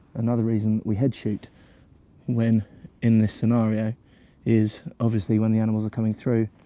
another reason we head shoot when in this scenario is obviously when the animals are coming through